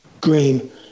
green